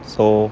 so